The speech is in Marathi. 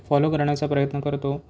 फॉलो करण्याचा प्रयत्न करतो